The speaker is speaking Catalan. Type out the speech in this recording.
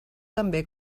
també